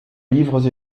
livres